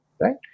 right